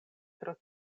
pro